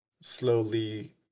slowly